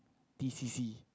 T_C_C